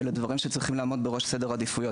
ואלה דברים שצריכים לעמוד בראש סדר העדיפויות